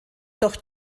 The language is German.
doch